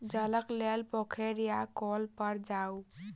जलक लेल पोखैर या कौल पर जाऊ